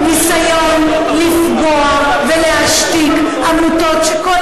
להעביר את חוק העמותות הוא ניסיון לפגוע ולהשתיק עמותות שכל